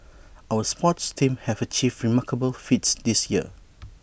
our sports teams have achieved remarkable feats this year